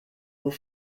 aux